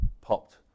popped